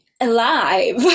alive